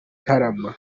ntarama